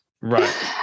Right